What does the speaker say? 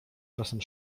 czasem